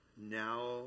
Now